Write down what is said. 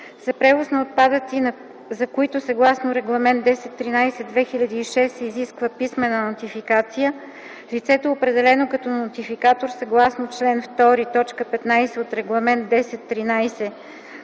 За превоз на отпадъци, за които съгласно Регламент 1013/2006 се изисква писмена нотификация, лицето, определено като нотификатор съгласно чл. 2, т. 15 от Регламент